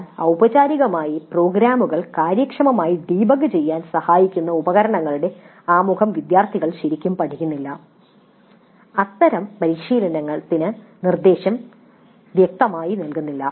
എന്നാൽ ഔപചാരികമായി പ്രോഗ്രാമുകൾ കാര്യക്ഷമമായി ഡീബഗ് ചെയ്യാൻ സഹായിക്കുന്ന ഉപകരണങ്ങളുടെ ആമുഖം വിദ്യാർത്ഥികൾ ശരിക്കും പഠിക്കുന്നില്ല അത്തരം പരിശീലനത്തിന് നിർദ്ദേശം വ്യക്തമായി നൽകുന്നില്ല